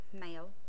male